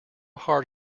hard